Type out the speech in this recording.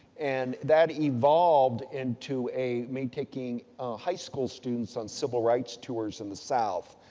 and, that evolved into a, me taking high school students on civil rights tours in the south.